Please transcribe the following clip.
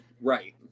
right